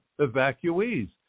evacuees